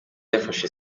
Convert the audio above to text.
yafashe